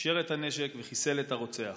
יישר את הנשק וחיסל את הרוצח.